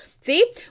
see